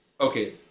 Okay